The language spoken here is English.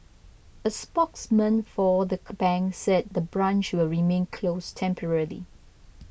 a spokesman for the bank said the branch will remain closed temporarily